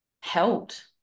helped